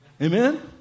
Amen